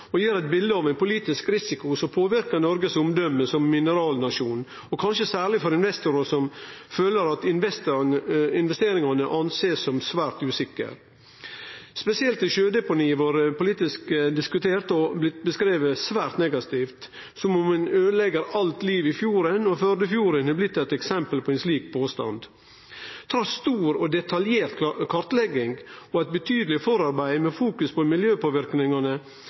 og gir eit bilde av ein politisk risiko som påverkar Noregs omdømme som mineralnasjon, og kanskje særleg for investorar, som føler at investeringane er å sjå på som svært usikre. Spesielt har sjødeponiet vore politisk diskutert og blitt beskrive svært negativt, som om ein øydelegg alt liv i fjorden – Førdefjorden er blitt eit eksempel på ein slik påstand. Trass stor og detaljert kartlegging og eit betydeleg forarbeid med fokus på